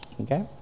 Okay